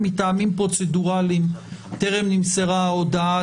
מטעמים פרוצדורליים טרם נמסרה ההודעה